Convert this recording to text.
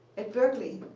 at berkeley.